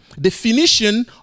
definition